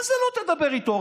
מה זה לא תדבר איתו?